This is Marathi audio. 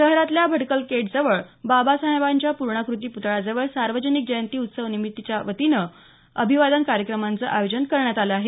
शहरातल्या भडकलगेट जवळ बाबासाहेबांच्या पूर्णाकृती पुतळ्याजवळ सार्वजनिक जयंती उत्सव समितीच्या वतीनं अभिवादन कार्यक्रमांचं आयोजन करण्यात आलं आहे